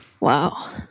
Wow